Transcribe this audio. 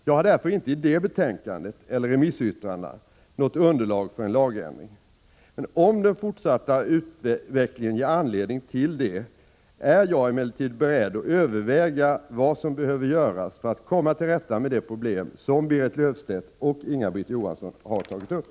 Jag har därför inte i det betänkandet eller remissyttrandet något underlag för en lagändring. Om den fortsatta utvecklingen ger anledning till det, är jag emellertid beredd att överväga vad som behöver göras för att komma till rätta med det problem som Berit Löfstedt och Inga-Britt Johansson har tagit upp.